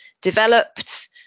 developed